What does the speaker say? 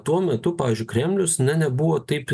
tuo metu pavyzdžiui kremlius ne nebuvo taip